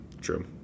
True